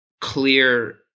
clear